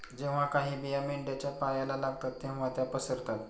जेव्हा काही बिया मेंढ्यांच्या पायाला लागतात तेव्हा त्या पसरतात